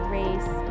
race